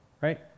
Right